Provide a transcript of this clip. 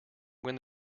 when